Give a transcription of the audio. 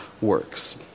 works